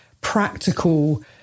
practical